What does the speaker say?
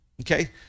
Okay